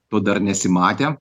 to dar nesimatė